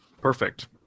Perfect